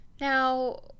Now